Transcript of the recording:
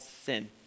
sin